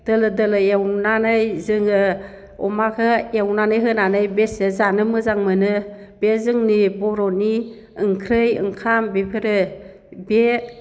दोलो दोलो एवनानै जोङो अमाखो एवनानै होनानै बेसे जानो मोजां मोनो बे जोंनि बर'नि ओंख्रि ओंखाम बेफोरो बे